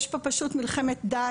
יש פה פשוט מלחמת דת.